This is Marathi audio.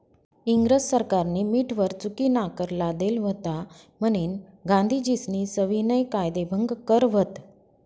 इंग्रज सरकारनी मीठवर चुकीनाकर लादेल व्हता म्हनीन गांधीजीस्नी सविनय कायदेभंग कर व्हत